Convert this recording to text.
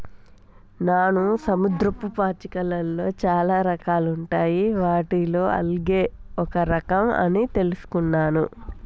నాను సముద్రపు పాచిలో చాలా రకాలుంటాయి వాటిలో ఆల్గే ఒక రఖం అని తెలుసుకున్నాను